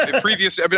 Previous